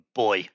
boy